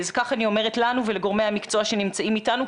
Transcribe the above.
כך אני אומרת לנו ולגורמי המקצוע שנמצאים איתנו,